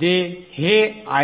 जे हे आहे